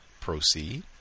proceed